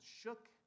shook